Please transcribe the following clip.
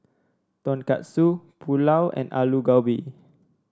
Tonkatsu Pulao and Alu Gobi